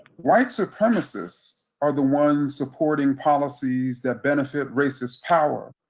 white supremacists are the ones supporting policies that benefit racist power,